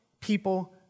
people